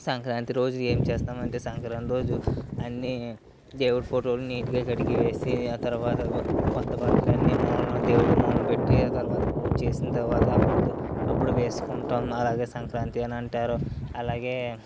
సంక్రాంతి రోజు ఏంచేస్తాం అంటే సంక్రాంతి రోజు అన్నీ దేవుడి ఫోటోలు నీట్గా కడిగేసి ఆ తరువాత కొత్త బట్టలు అన్నీ మూలన దేవుడి మూలన పెట్టి ఆ తర్వాత పూజ చేసిన తరువాత అప్పుడు వేసుకుంటాము అలాగే సంక్రాంతి అని అంటారు అలాగే